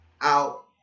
out